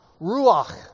Ruach